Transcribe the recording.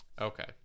Okay